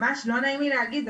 ממש לא נעים לי להגיד,